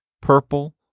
purple